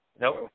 Nope